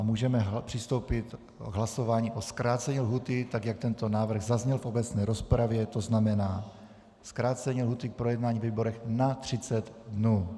Můžeme přistoupit k hlasování o zkrácení lhůty tak, jak tento návrh zazněl v obecné rozpravě, tzn. zkrácení lhůty k projednání ve výborech na třicet dnů.